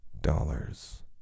dollars